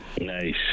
Nice